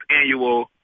annual